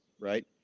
right